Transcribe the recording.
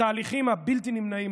התהליכים הבלתי-נמנעים,